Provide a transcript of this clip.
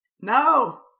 No